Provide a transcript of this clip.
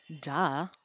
Duh